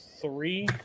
Three